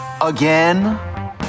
again